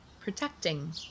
protecting